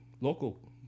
local